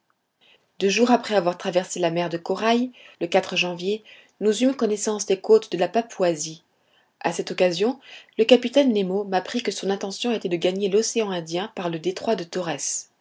deux jours après avoir traversé la mer de corail le janvier nous eûmes connaissance des côtes de la papouasie a cette occasion le capitaine nemo m'apprit que son intention était de gagner l'océan indien par le détroit de